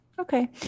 Okay